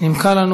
נימקה לנו.